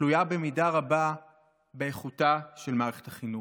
תלויה במידה רבה באיכותה של מערכת החינוך.